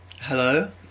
Hello